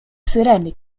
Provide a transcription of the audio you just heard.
syreny